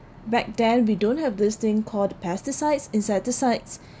back then we don't have this thing called pesticides insecticides